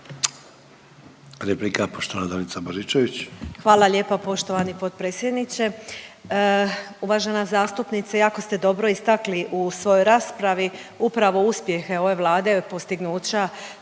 **Baričević, Danica (HDZ)** Hvala lijepa poštovani potpredsjedniče. Uvažena zastupnice, jako ste dobro istakli u svojoj raspravi upravo uspjehe ove Vlade, postignuća